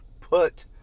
put